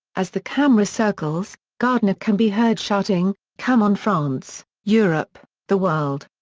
as the camera circles, gardner can be heard shouting, come on france, europe, the world.